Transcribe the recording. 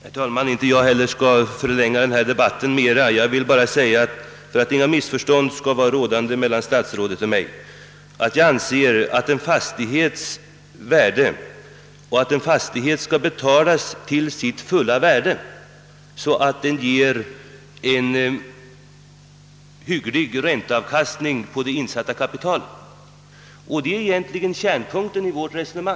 Herr talman! Inte heller jag skall förlänga denna debatt mera. Jag vill bara, för att inga missförstånd skall vara rådande mellan statsrådet och mig, säga att jag anser att en fastighet skall betalas till sitt fulla värde så att den ger en hygglig ränteavkastning på det insatta kapitalet. Det är egentligen kärnpunkten i vårt resonemang.